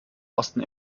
osten